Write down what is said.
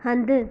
हंधि